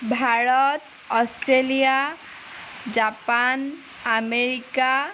Bharat Australia Japan America